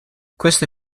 queste